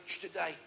today